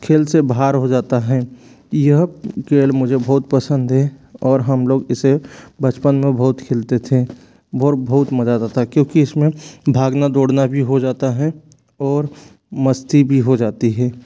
खेल से बाहर हो जाता है यह खेल मुझे बहुत पसंद हे और हम लोग इसे बचपन में बहुत खेलते थें और बहुत मज़ा आता था क्योंकि इसमें भागना दौड़ना भी हो जाता है और मस्ती भी हो जाती है